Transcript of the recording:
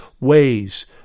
ways